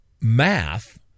Math